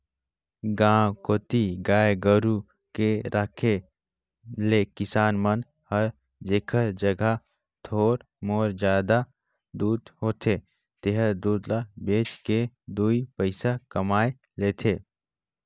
गांव कोती गाय गोरु के रखे ले किसान मन हर जेखर जघा थोर मोर जादा दूद होथे तेहर दूद ल बेच के दुइ पइसा कमाए लेथे